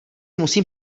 musím